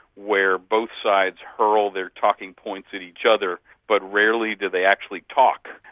where both sides hurl their talking points at each other but rarely do they actually talk.